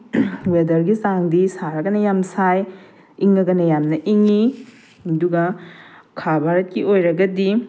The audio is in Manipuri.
ꯋꯦꯗꯔꯒꯤ ꯆꯥꯡꯗꯤ ꯁꯥꯔꯒꯅ ꯌꯥꯝ ꯁꯥꯏ ꯏꯪꯉꯒꯅ ꯌꯥꯝꯅ ꯏꯪꯏ ꯑꯗꯨꯒ ꯈꯥ ꯚꯥꯔꯠꯀꯤ ꯑꯣꯏꯔꯒꯗꯤ